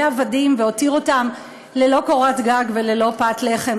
עבדים והותיר אותם ללא קורת גג וללא פת לחם,